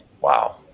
Wow